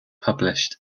published